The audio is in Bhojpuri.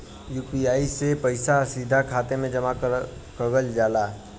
यू.पी.आई से पइसा सीधा खाते में जमा कगल जाला